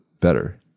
better